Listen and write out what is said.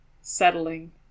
settling